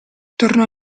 tornò